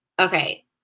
okay